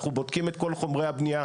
אנחנו בודקים את כל חומרי הבנייה.